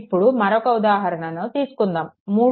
ఇప్పుడు మరొక ఉదాహరణ తీసుకుందాము 3